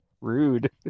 Rude